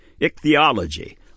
ichthyology